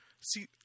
see